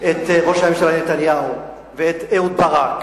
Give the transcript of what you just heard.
את ראש הממשלה נתניהו ואת אהוד ברק,